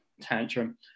tantrum